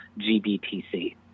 GBTC